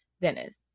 dennis